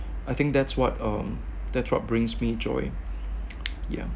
I think that's what uh that's what brings me joy yup